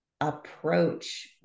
approach